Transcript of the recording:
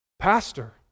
pastor